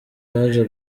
yaje